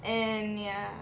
and ya